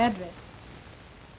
address